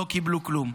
לא קיבלו כלום.